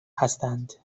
هستند